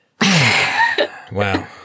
Wow